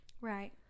Right